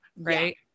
Right